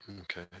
okay